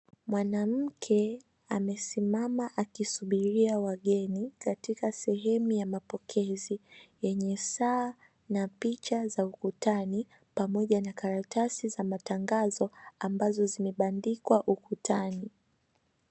Mwanamke amesimama akisubiria wageni katika sehemu ya mapokezi, yenye saa na picha za ukutani pamoja na karatasi za matangazo ambazo zimebandikwa ukutani.